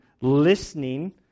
listening